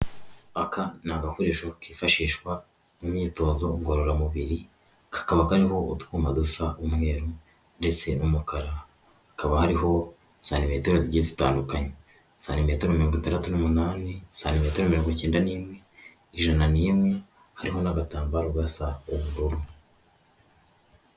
Aka ni agakoresho kifashishwa mu myitozo ngororamubiri, kakaba kariho utwuma dusa umweru ndetse n'umukara, hakaba hariho santimetero zigiye zitandukanye, santimetero mirongo itandatu n'umunani, santimetero mirongo icyenda n'imwe, ijana n'imwe, hariho n'agatambaro gasa ubururu.